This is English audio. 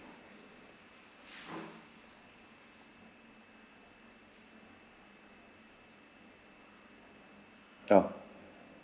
ya